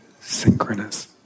synchronous